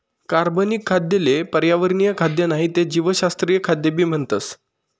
कार्बनिक खाद्य ले पर्यावरणीय खाद्य नाही ते जीवशास्त्रीय खाद्य भी म्हणतस